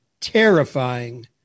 terrifying